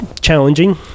Challenging